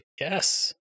Yes